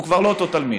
הוא כבר לא אותו תלמיד,